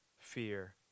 fear